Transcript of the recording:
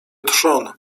trzon